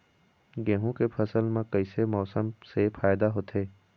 गेहूं के फसल म कइसे मौसम से फायदा होथे?